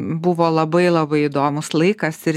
buvo labai labai įdomus laikas ir